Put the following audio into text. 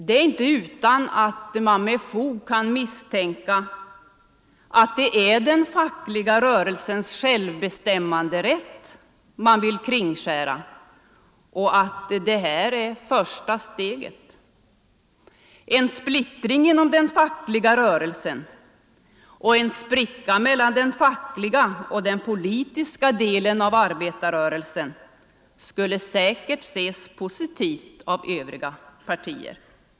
Det är inte utan att man med fog kan misstänka att det är den fackliga rörelsens självbestämmanderätt man vill kringskära och att det här är första steget. En splittring inom den fackliga rörelsen och en spricka mellan den fackliga och den politiska delen av arbetarrörelsen skulle säkert ses positivt av övriga partier.